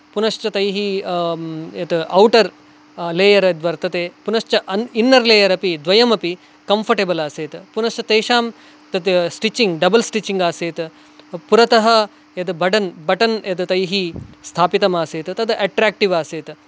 पुनश्च तैः यत् औटर् लेयर् यद्वर्तते पुनश्च ईन्नर् लेयर् अपि द्वयमपि कम्फर्टेबल् आसीत् पुनश्च तेषां तत् स्टिचिंग् डबल् स्टिचिंग् आसीत् पुरतः यत् बडन् बटन् यत् तैः स्थापितम् आसीत् तत् अट्राक्टिव् आसीत्